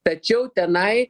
tačiau tenai